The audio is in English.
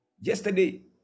Yesterday